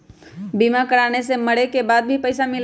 बीमा कराने से मरे के बाद भी पईसा मिलहई?